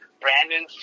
Brandon